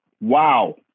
Wow